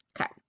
Okay